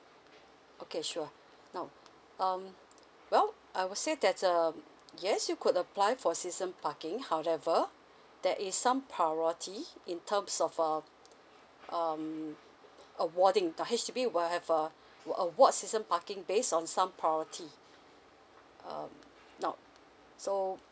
okay sure now um well I would say that uh yes you could apply for season parking however there is some priorities in terms of uh um awarding the H_D_B will have a what a wh~ award season parking based on some priority um now so